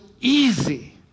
easy